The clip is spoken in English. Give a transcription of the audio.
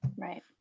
Right